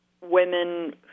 women